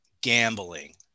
gambling